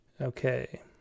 Okay